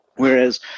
Whereas